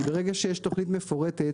כי ברגע שיש תוכנית מפורטת,